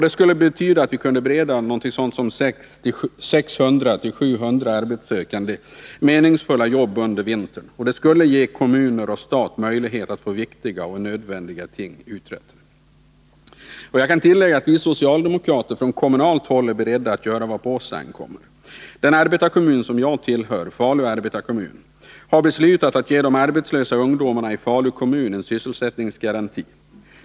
Det skulle betyda att vi kunde bereda 600-700 arbetssökande meningsfulla jobb under vintern, och det skulle ge kommuner och stat möjlighet att få viktiga och nödvändiga ting uträttade. Jag kan tillägga att vi socialdemokrater från kommunalt håll är beredda att göra vad på oss ankommer. Den arbetarekommun som jag tillhör, Falu Arbetarekommun, har beslutat att ge de arbetslösa ungdomarna i Falu kommun en sysselsättningsgaranti.